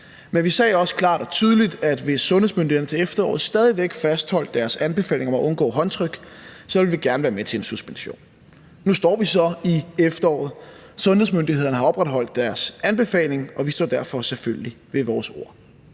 Men vi sagde også klart og tydeligt, at hvis sundhedsmyndighederne til efteråret stadig væk fastholdt deres anbefaling om at undgå håndtryk, så ville vi gerne være med til en suspension. Nu står vi så i efteråret. Sundhedsmyndighederne har opretholdt deres anbefaling, og vi står derfor selvfølgelig ved vores ord.